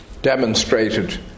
demonstrated